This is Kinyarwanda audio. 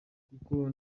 kuko